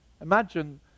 Imagine